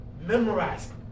Memorize